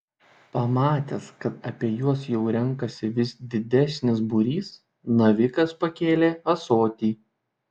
pamatęs kad apie juos jau renkasi vis didesnis būrys navikas pakėlė ąsotį